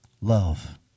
Love